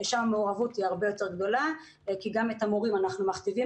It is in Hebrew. ושם המעורבות היא הרבה יותר גדולה כי גם את המורים אנחנו מכתיבים